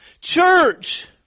church